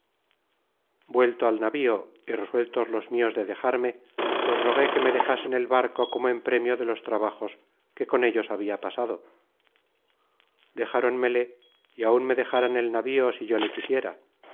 vuelto al navío y resueltos los mios de dejarme los rogué que me dejasen el barco como en premio de los trabajos que con ellos habia pasado dejáronmele y aun me dejaran el navío si yo le quisiera